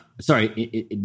sorry